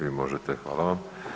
Vi možete hvala vam.